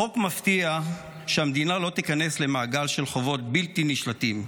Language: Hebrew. החוק מבטיח שהמדינה לא תיכנס למעגל של חובות בלתי נשלטים.